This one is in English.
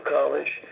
College